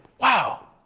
Wow